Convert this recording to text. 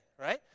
right